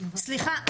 סליחה,